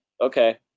okay